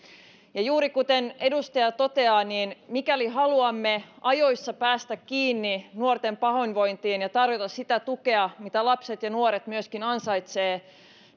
ja juuri kuten edustaja toteaa niin mikäli haluamme ajoissa päästä kiinni nuorten pahoinvointiin ja tarjota sitä tukea mitä lapset ja nuoret myöskin ansaitsevat